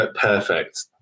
perfect